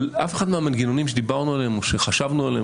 אף אחד מהמנגנונים שדיברנו עליהם או שחשבנו עליהם